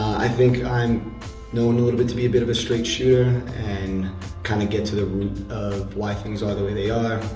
i think i'm known a little bit to be a bit of a straight shooter and kinda get to the root of why things are the way they are.